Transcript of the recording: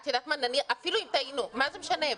אפילו אם טעינו, מה זה משנה?